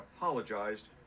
apologized